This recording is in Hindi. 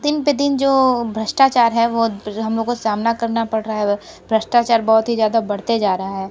दिन पे दिन जो भ्रष्टाचार है वो हम लोगों को सामना करना पड़ रहा है भ्रष्टाचार बहुत ही ज़्यादा बढ़ते जा रहा है